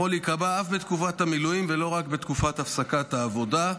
להיקבע אף בתקופת המילואים ולא רק בתקופת הפסקת העבודה.